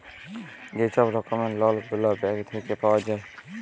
যে ছব রকমের লল গুলা ব্যাংক থ্যাইকে পাউয়া যায়